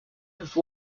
have